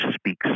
speaks